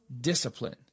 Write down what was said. discipline